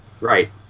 Right